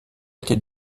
été